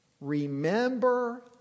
Remember